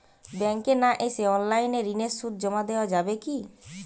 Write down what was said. ব্যাংকে না এসে অনলাইনে ঋণের সুদ জমা দেওয়া যাবে কি?